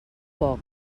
poc